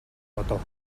бодов